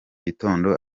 gitondo